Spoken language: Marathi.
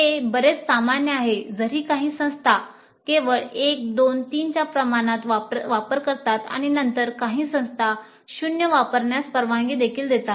हे बरेच सामान्य आहे जरी काही संस्था केवळ 1 2 3 च्या प्रमाणात वापर करतात आणि नंतर काही संस्था 0 वापरण्यास परवानगी देखील देतात